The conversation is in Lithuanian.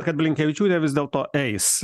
kad blinkevičiūtė vis dėlto eis